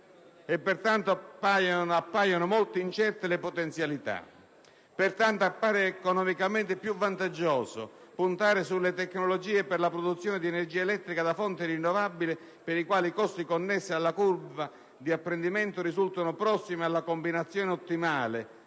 e pertanto appaiono molto incerte le potenzialità; pertanto, appare economicamente più vantaggioso puntare sulle tecnologie per la produzione di energia elettrica da fonti rinnovabili per le quali i costi connessi alla curva di apprendimento risultano prossimi alla combinazione ottimale